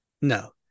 No